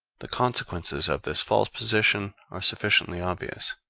the consequences of this false position are sufficiently obvious.